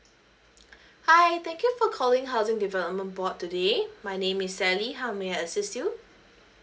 hi thank you for calling housing development board today my name is sally how may I assist you